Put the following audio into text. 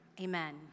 amen